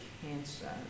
cancer